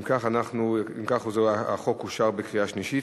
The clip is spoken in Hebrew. אם כך, החוק אושר בקריאה שנייה.